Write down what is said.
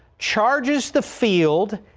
charges the field.